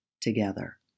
together